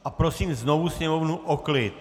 A prosím znovu sněmovnu o klid.